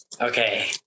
Okay